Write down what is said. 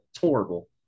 horrible